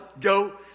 go